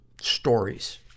stories